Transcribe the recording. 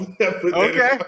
Okay